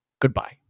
goodbye